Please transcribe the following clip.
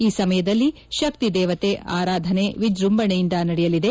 ಈ ಸಮಯದಲ್ಲಿ ಶಕ್ತಿ ದೇವತೆ ಆರಾಧಾನೆ ವಿಜ್ಯಂಭಣೆಯಿಂದ ನಡೆಯಲಿದೆ